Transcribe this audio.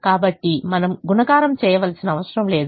కాబట్టి మనము గుణకారం చేయవలసిన అవసరం లేదు